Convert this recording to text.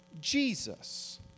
Jesus